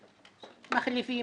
מחליפים,